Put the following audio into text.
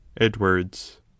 Edwards